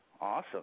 Awesome